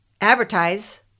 advertise